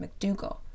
McDougall